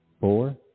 four